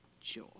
joy